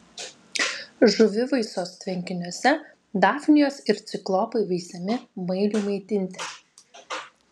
žuvivaisos tvenkiniuose dafnijos ir ciklopai veisiami mailiui maitinti